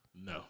No